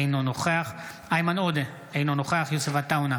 אינו נוכח איימן עודה, אינו נוכח יוסף עטאונה,